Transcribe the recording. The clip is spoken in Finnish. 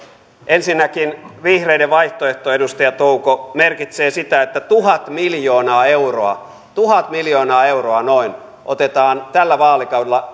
ensinnäkin vihreiden vaihtoehto edustaja touko merkitsee sitä että tuhat miljoonaa euroa noin tuhat miljoonaa euroa otetaan tällä vaalikaudella